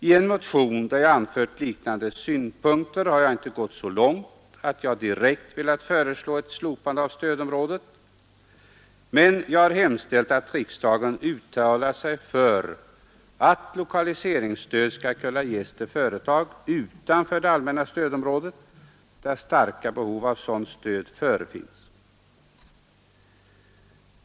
I en motion där jag anfört liknande synpunkter har jag inte gått så långt att jag direkt har velat föreslå ett slopande av stödområdet, men jag har hemställt att riksdagen uttalar sig för att lokaliseringsstöd skall kunna ges till företag utanför det allmänna stödområdet, där starka behov av sådant stöd förefinns.